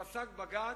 פסק בג"ץ: